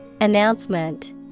Announcement